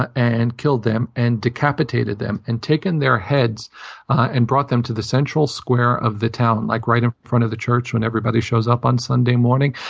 ah and killed them, and decapitated them and taken their heads and brought them to the central square of the town, like right in front of the church when everybody shows up on sunday morning.